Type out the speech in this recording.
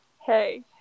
hey